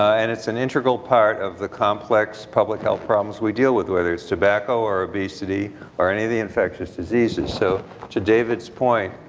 and it's an integral part of the complex public health problems we deal with, whether it's tobacco or obesity or any of the infectious diseases. so to david's point